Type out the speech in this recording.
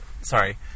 sorry